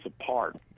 apart